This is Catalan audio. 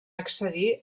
accedir